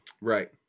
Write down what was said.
Right